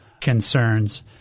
concerns